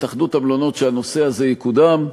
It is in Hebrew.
שאפשר להגיש לביצוע בהוצאה לפועל יהיה 75,000 ש"ח,